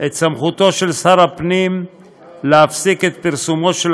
את סמכותו של שר הפנים להפסיק את פרסומו של